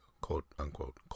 quote-unquote